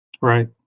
right